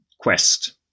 quest